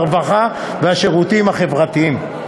הרווחה והשירותים החברתיים.